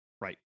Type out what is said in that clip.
Right